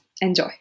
enjoy